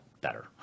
better